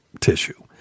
tissue